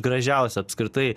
gražiausiu apskritai